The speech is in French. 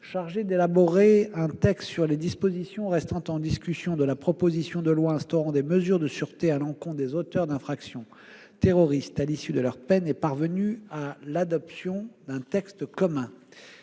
chargée d'élaborer un texte sur les dispositions restant en discussion de la proposition de loi instaurant des mesures de sûreté à l'encontre des auteurs d'infractions terroristes à l'issue de leur peine est parvenue à l'adoption d'un texte commun.